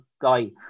guy